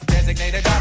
Designated